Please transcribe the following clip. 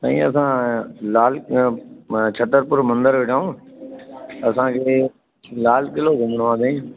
साईं असां लाल छत्तरपुर मंदर वेठा आहियूं असांखे लाल क़िलो घुमिणो आहे साईं